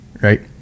Right